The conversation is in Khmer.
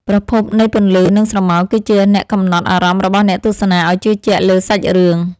ប្រភពនៃពន្លឺ និង ស្រមោលគឺជាអ្នកកំណត់អារម្មណ៍របស់អ្នកទស្សនាឱ្យជឿជាក់លើសាច់រឿង។